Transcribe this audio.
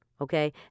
okay